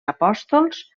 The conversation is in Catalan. apòstols